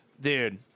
Dude